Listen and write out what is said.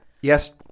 Yes